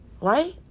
right